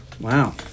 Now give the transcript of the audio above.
Wow